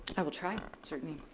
i will try, certainly.